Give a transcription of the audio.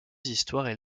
histoires